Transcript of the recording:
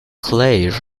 claire